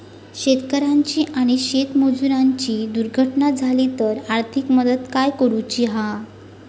शेतकऱ्याची आणि शेतमजुराची दुर्घटना झाली तर आर्थिक मदत काय करूची हा?